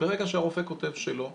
ברגע שהרופא כותב שלא,